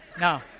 No